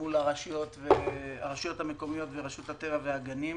מול הרשויות המקומיות ורשות הטבע והגנים.